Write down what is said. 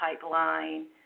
pipeline